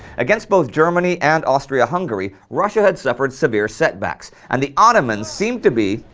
against both germany and austria-hungary russia had suffered severe setbacks, and the ottomans seemed to be,